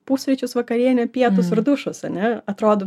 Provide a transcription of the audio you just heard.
pusryčius vakarienę pietus ir dušas ane atrodo